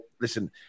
listen